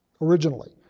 originally